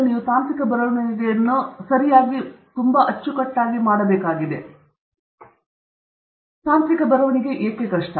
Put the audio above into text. ನೀವು ತಾಂತ್ರಿಕ ಬರವಣಿಗೆಯನ್ನು ಏಕೆ ಮಾಡಬೇಕೆಂಬುದು ತಿಳಿದುಬಂದಾಗ ನಾವು ತಕ್ಷಣವೇ ಈ ಹಂತವನ್ನು ಪರಿಹರಿಸಬೇಕು ತಾಂತ್ರಿಕ ಬರವಣಿಗೆ ಏಕೆ ಕಷ್ಟ